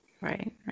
Right